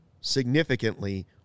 significantly